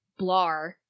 blar